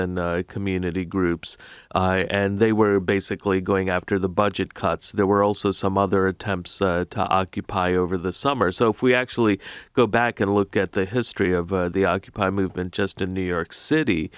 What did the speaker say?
and community groups and they were basically going after the budget cuts there were also some other attempts to occupy over the summer so if we actually go back and look at the history of the occupy movement just in new york